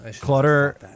clutter